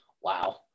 Wow